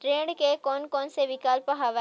ऋण के कोन कोन से विकल्प हवय?